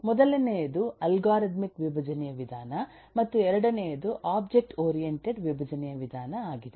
ಮೊದಲನೆಯದು ಅಲ್ಗಾರಿದಮಿಕ್ ವಿಭಜನೆಯ ವಿಧಾನ ಮತ್ತು ಎರಡನೆಯದು ಒಬ್ಜೆಕ್ಟ್ ಓರಿಯಂಟೆಡ್ ವಿಭಜನೆ ವಿಧಾನ ಆಗಿದೆ